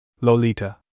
Lolita